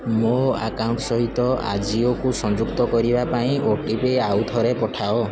ମୋ ଆକାଉଣ୍ଟ୍ ସହିତ ଆଜିଓକୁ ସଂଯୁକ୍ତ କରିବା ପାଇଁ ଓ ଟି ପି ଆଉ ଥରେ ପଠାଅ